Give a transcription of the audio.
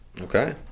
Okay